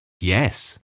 Yes